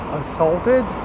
assaulted